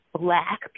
black